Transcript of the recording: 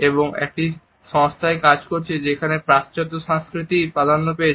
এবং এমন একটি সংস্থায় কাজ করছে যেখানে পাশ্চাত্য সংস্কৃতিই প্রাধান্য পেয়েছে